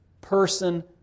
person